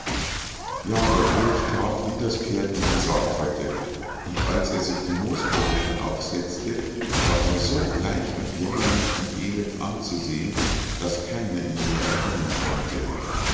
ja der bursch that wie das pferd ihm gesagt hatte und als er sich die moosperrücke aufsetzte war er so bleich und jämmerlich und elend anzusehen daß keiner ihn mehr erkennen konnte